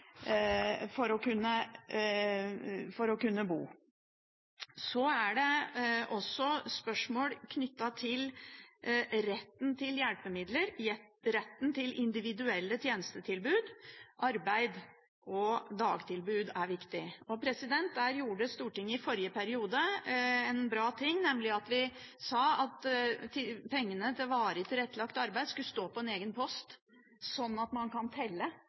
for å kunne bo der. Så er spørsmål knyttet til retten til hjelpemidler, retten til individuelle tjenestetilbud, arbeid og dagtilbud også viktig. Der gjorde Stortinget i forrige periode noe bra, nemlig at vi sa at pengene til varig tilrettelagt arbeid skulle stå på en egen post, sånn at man kan telle: